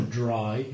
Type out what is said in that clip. dry